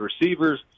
receivers